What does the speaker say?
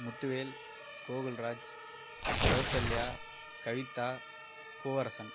Muthuvel Gokulraj Kausalya Kavitha Poovarasan